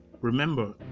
Remember